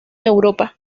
europa